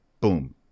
Boom